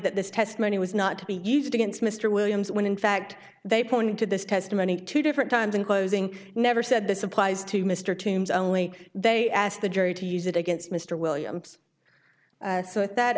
that this testimony was not to be used against mr williams when in fact they pointed to this testimony two different times in closing never said this applies to mr toombs only they asked the jury to use it against mr williams so that